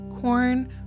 corn